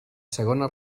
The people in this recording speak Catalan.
segona